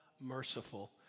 merciful